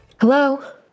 Hello